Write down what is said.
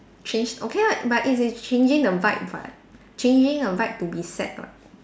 change okay lah but it's it's changing the vibe [what] changing the vibe to be sad [what]